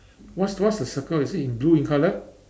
what's what's the circle is it in blue in colour